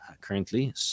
currently